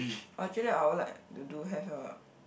actually I would like to do have a